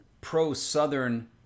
pro-Southern